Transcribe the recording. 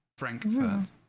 Frankfurt